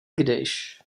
když